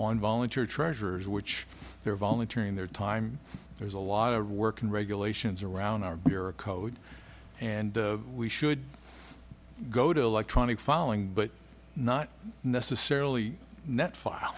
on volunteer treasurers which they're volunteering their time there's a lot of work and regulations around our code and we should go to electronic following but not necessarily net file